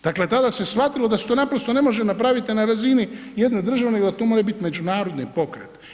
Dakle, tada se shvatilo da se to naprosto ne može napraviti na razini jedne države nego da to mora biti međunarodni pokret.